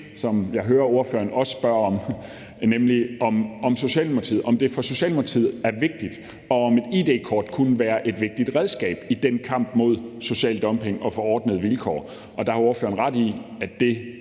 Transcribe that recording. som jeg hører at ordføreren også spørger om, nemlig om det for Socialdemokratiet er vigtigt, og om et id-kort kunne være et vigtigt redskab i kampen mod social dumping og for ordnede vilkår, og der har ordføreren ret i, at det